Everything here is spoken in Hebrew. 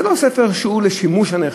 זה לא ספר שהוא לשימוש הנכה,